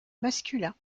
masculin